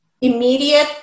immediate